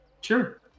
Sure